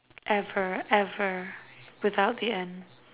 ever ever without the n